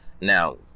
Now